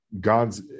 God's